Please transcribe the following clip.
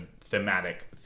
thematic